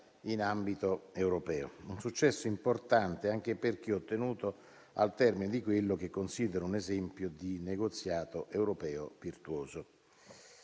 in ambito europeo: un successo importante anche perché ottenuto al termine di quello che considero un esempio di negoziato europeo virtuoso;